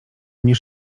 mnie